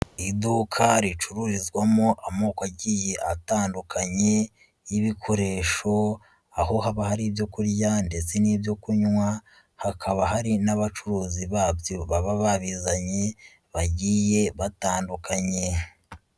Iduka ricururizwamo amoko agiye atandukanye y'ibikoresho aho haba hari ibyo kurya ndetse n'ibyo kunywa hakaba hari n'abacuruzi babyo baba babizanye bagiye batandukanye.